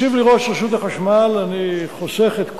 השיב לי ראש רשות החשמל אני חוסך את כל,